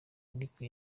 ariko